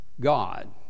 God